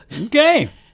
Okay